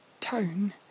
tone